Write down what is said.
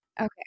Okay